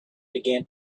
began